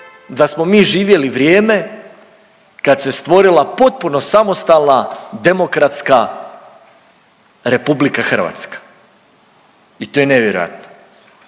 da smo mi živjeli vrijeme kad se stvorila potpuno samostalna demokratska Republika Hrvatska. I to je nevjerojatno.